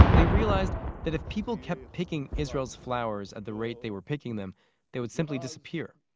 but they realized that if people kept picking israel's flowers at the rate they were picking them they would simply disappear.